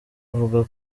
uvuga